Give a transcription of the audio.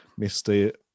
Mr